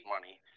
money